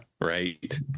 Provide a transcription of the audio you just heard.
right